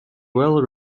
well